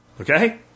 Okay